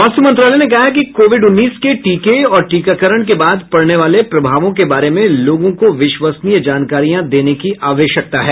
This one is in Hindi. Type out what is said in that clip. स्वास्थ्य मंत्रालय ने कहा है कि कोविड उन्नीस के टीके और टीकाकरण के बाद पड़ने वाले प्रभावों के बारे में लोगों को विश्वसनीय जानकारियां देने की आवश्यकता है